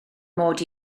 mod